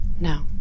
No